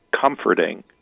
comforting